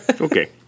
okay